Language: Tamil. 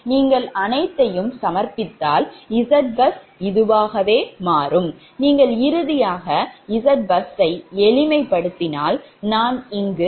நீங்கள் அனைத்தையும் சமர்ப்பித்தால் ZBUS இதுவாக மாறும் நீங்கள் இறுதியாக ZBUS யை எளிமைப்படுத்தினால் நான் இங்கு மீண்டும் செய்யவில்லை